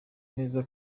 neza